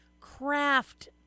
craft